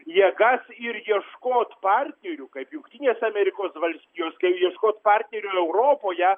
jėgas ir ieškot partnerių kaip jungtinės amerikos valstijos kai ieškot partnerių europoje